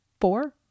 four